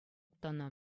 тӑнӑ